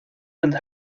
and